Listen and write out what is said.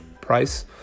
price